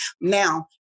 Now